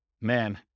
man